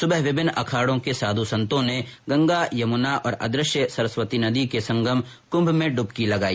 सुबह विभिन्न अखाड़ों के साध् संतों ने गंगा यमुना और अदृश्य सरस्वती नदी के संगम कुंभ में ड्वंकी लगाई